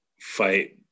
fight